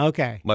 Okay